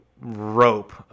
rope